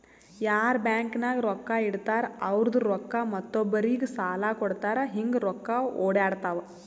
ಯಾರ್ ಬ್ಯಾಂಕ್ ನಾಗ್ ರೊಕ್ಕಾ ಇಡ್ತಾರ ಅವ್ರದು ರೊಕ್ಕಾ ಮತ್ತೊಬ್ಬರಿಗ್ ಸಾಲ ಕೊಡ್ತಾರ್ ಹಿಂಗ್ ರೊಕ್ಕಾ ಒಡ್ಯಾಡ್ತಾವ